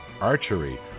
archery